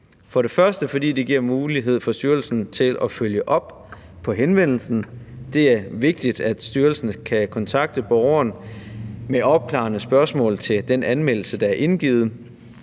identitet, fordi det giver mulighed for styrelsen for at følge op på henvendelsen. Det er vigtigt, at styrelsen kan kontakte borgeren med opklarende spørgsmål til den anmeldelse, der er indgivet,